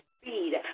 speed